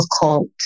difficult